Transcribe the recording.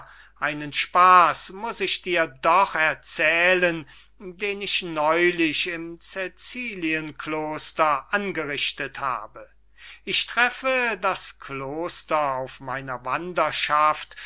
einen spaß muß ich dir doch erzählen den ich neulich im cäcilien kloster angerichtet habe ich treffe das kloster auf meiner wanderschaft